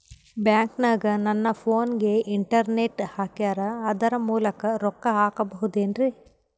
ಬ್ಯಾಂಕನಗ ನನ್ನ ಫೋನಗೆ ಇಂಟರ್ನೆಟ್ ಹಾಕ್ಯಾರ ಅದರ ಮೂಲಕ ರೊಕ್ಕ ಹಾಕಬಹುದೇನ್ರಿ?